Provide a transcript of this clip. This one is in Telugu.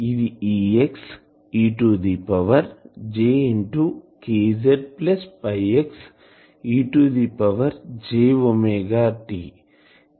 ఇది Ex e to the power jkz x e to the power j omega t